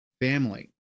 family